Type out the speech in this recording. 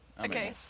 Okay